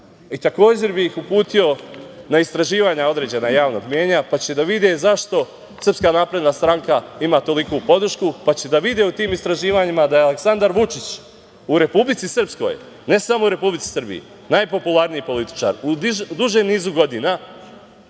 stvari. Takođe bih uputio na istraživanja određenih javnih mnjenja, pa će da vide zašto SNS ima toliku podršku, pa će da vide u tim istraživanjima zašto je Aleksandar Vučić u Republici Srpskoj, ne samo u Republici Srbiji, najpopularniji političar u dužem nizu godina